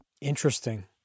interesting